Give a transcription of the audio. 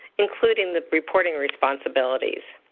including the reporting responsibilities.